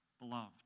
beloved